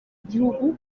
igihugu